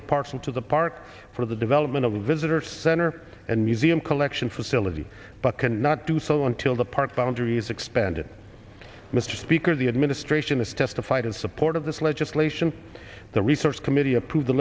into the park for the development of the visitor center and museum collection facility but cannot do so until the park boundaries expanded mr speaker the administration has testified in support of this legislation the research committee approved the